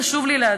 חשוב לי להדגיש,